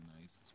nice